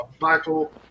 Michael